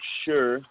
sure